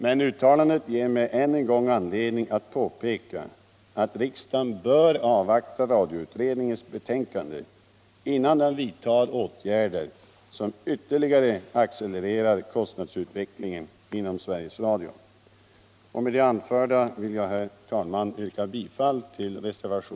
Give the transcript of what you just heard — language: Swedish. Men uttalandet ger mig än en gång anledning att påpeka att riksdagen bör avvakta radioutredningens betänkande innan den vidtar åtgärder som ytterligare accelererar kostnadsutvecklingen inom Sveriges Radio.